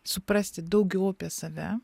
suprasti daugiau apie save